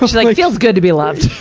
like it feels good to be loved.